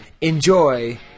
enjoy